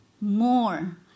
more